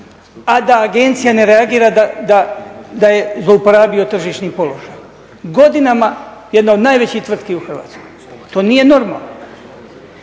a da agencija ne reagira da je zlouporabio tržišni položaj, godinama jedna od najvećih tvrtki u Hrvatskoj. To nije normalno.